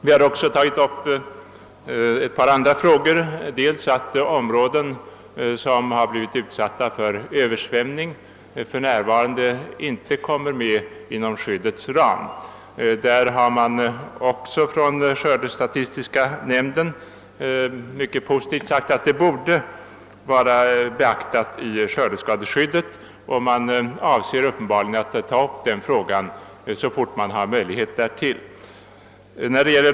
Vi har också påtalat att områden som blivit utsatta för översvämning för närvarande inte räknas med vid skördeskadeersättning. Skördestatistiska nämnden har mycket positivt uttalat att även förluster av detta slag borde beaktas i skördeskadeskyddet, och man avser uppenbarligen att ta upp frågan så fort man har möjlighet därtill.